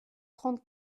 trente